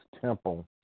temple